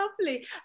lovely